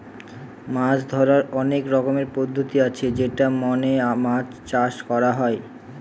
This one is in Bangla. মাছ ধরার অনেক রকমের পদ্ধতি আছে যেটা মেনে মাছ চাষ করা হয়